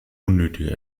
unnötiger